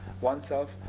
oneself